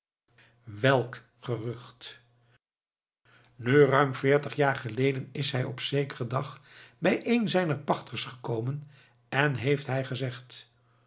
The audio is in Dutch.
welk gerucht nu ruim veertig jaar geleden is hij op zekeren dag bij één zijner pachters gekomen en heeft hij gezegd